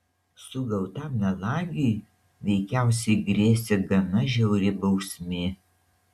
sugautam melagiui veikiausiai grėsė gana žiauri bausmė